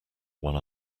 one